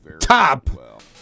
top